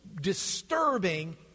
disturbing